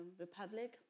Republic